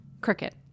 cricket